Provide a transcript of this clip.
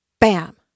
Bam